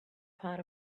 part